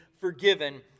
forgiven